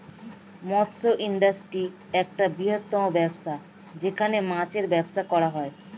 মৎস্য ইন্ডাস্ট্রি একটা বৃহত্তম ব্যবসা যেখানে মাছের ব্যবসা করা হয়